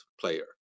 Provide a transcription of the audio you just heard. player